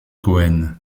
cohen